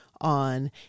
on